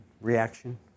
Reaction